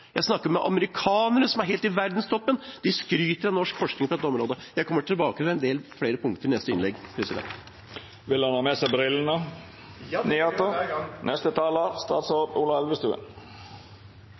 Jeg snakker med amerikanere, som er helt i verdenstoppen – de skryter av norsk forskning på dette området. Jeg kommer tilbake til en del flere punkter i neste innlegg. Regjeringen fører en rovviltforvaltning i tråd med